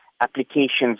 Applications